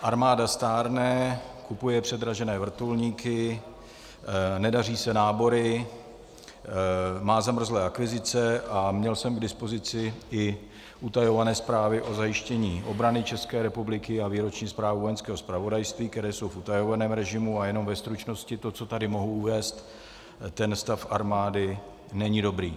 Armáda stárne, kupuje předražené vrtulníky, nedaří se nábory, má zamrzlé akvizice a měl jsem k dispozici i utajované zprávy o zajištění obrany České republiky a výroční zprávu Vojenského zpravodajství, které jsou v utajovaném režimu, a jenom ve stručnosti to, co tady mohu uvést stav armády není dobrý.